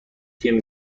تیم